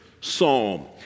psalm